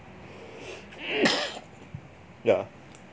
yeah